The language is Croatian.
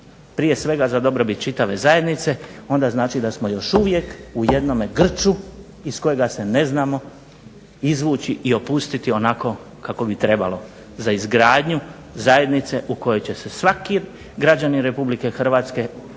prije svega za dobrobit čuvate zajednice, onda znači da smo još uvijek u jednom grču iz kojega se ne znamo izvući i opustiti onako kako bi trebalo za izgradnju zajednice u kojoj će se svaki građanin RH osjećati dovoljno